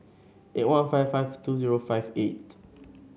eight one five five two zero five eight